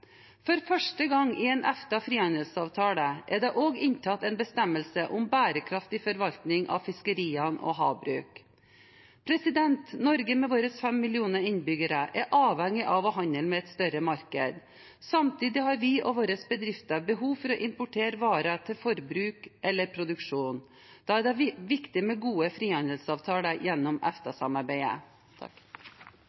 For første gang i en EFTA-frihandelsavtale er det også inntatt en bestemmelse om bærekraftig forvaltning av fiskerier og havbruk. Norge med våre 5 millioner innbyggere er avhengig av å handle med et større marked. Samtidig har vi og våre bedrifter behov for å importere varer til forbruk eller produksjon. Da er det viktig med gode frihandelsavtaler gjennom